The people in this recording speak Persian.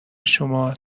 شما